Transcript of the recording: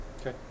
Okay